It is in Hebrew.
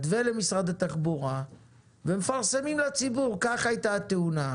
ולמשרד התחבורה ומפרסמים לציבור: כך הייתה התאונה,